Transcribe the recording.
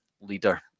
leader